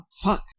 Fuck